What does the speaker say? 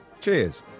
Cheers